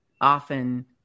often